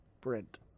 Brent